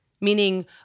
meaning